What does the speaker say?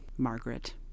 Margaret